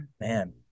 man